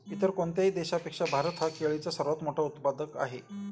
इतर कोणत्याही देशापेक्षा भारत हा केळीचा सर्वात मोठा उत्पादक आहे